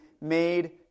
made